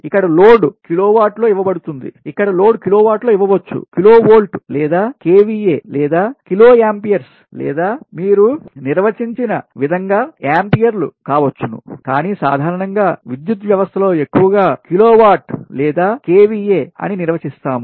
ఇక్కడ లోడ్ కిలోవాట్లో ఇవ్వవచ్చు కిలోవోల్ట్ లేదా kVA కెవిఏ లేదా కిలోఅంపేర్స్ లేదా మీరు నిర్వచించిన విధంగా ఆంపియర్లు కావచ్చు కాని సాధారణంగా విద్యుత్ వ్యవస్థలో ఎక్కువగా కిలోవాట్ లేదా KVA అని నిర్వచిస్తాము